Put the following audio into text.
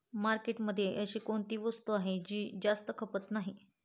मार्केटमध्ये अशी कोणती वस्तू आहे की जास्त खपत नाही?